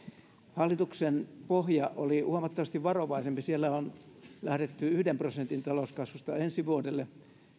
hallituksen pohja oli huomattavasti varovaisempi siellä on lähdetty yhden prosentin talouskasvusta ensi vuodelle